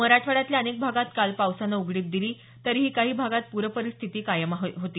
मराठवाड्यातल्या अनेक भागात काल पावसानं उघडीप दिली तरीही काही भागात पूर परिस्थिती कायम होती